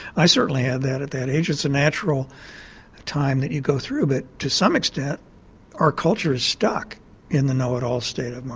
i certainly had that at that age, it's a natural time that you go through. but to some extent our culture is stuck in the know it all state of mind,